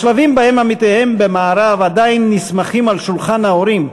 בשלבים שבהם עמיתיהם מהמערב עדיין נסמכים על שולחן ההורים,